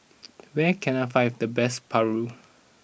where can I find the best Paru